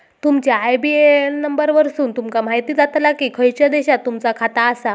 तुमच्या IBAN number वरसुन तुमका म्हायती जाताला की खयच्या देशात तुमचा खाता आसा